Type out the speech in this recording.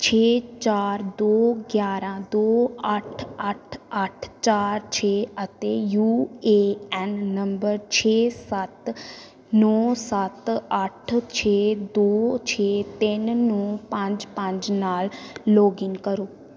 ਛੇ ਚਾਰ ਦੋ ਗਿਆਰਾਂ ਦੋ ਅੱਠ ਅੱਠ ਅੱਠ ਚਾਰ ਛੇ ਅਤੇ ਯੂ ਏ ਐੱਨ ਨੰਬਰ ਛੇ ਸੱਤ ਨੌਂ ਸੱਤ ਅੱਠ ਛੇ ਦੋ ਛੇ ਤਿੰਨ ਨੌਂ ਪੰਜ ਪੰਜ ਨਾਲ ਲੌਗਇਨ ਕਰੋ